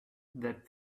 that